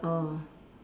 ah